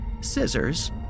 Scissors